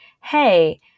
hey